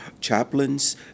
chaplains